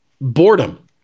Boredom